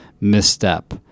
misstep